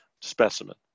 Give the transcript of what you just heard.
specimen